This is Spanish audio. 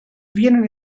vienen